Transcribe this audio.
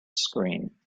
screen